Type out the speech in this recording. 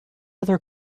other